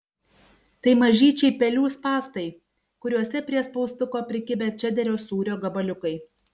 tai mažyčiai pelių spąstai kuriuose prie spaustuko prikibę čederio sūrio gabaliukai